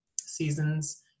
seasons